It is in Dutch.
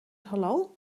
halal